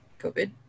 COVID